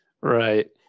Right